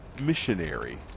missionary